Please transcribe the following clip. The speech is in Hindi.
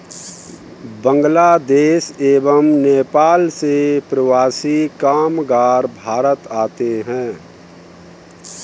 बांग्लादेश एवं नेपाल से प्रवासी कामगार भारत आते हैं